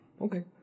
okay